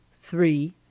three